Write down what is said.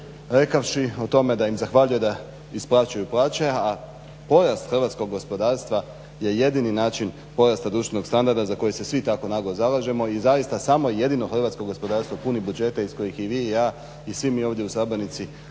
rekavši o tome da im zahvaljuje da isplaćuju plaće a porast hrvatskog gospodarstva je jedini način porasta društvenog standarda za koji se svi tako naglo zalažemo i zaista samo i jedino hrvatsko gospodarstvo puni budžete iz kojih i vi i ja i svi mi ovdje u sabornici, a i